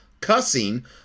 cussing